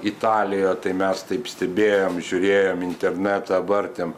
italijoje tai mes taip stebėjom žiūrėjom internetą vartėm